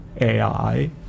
AI